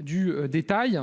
du détail